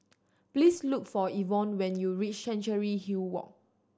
please look for Yvonne when you reach Chancery Hill Walk